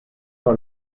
par